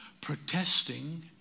protesting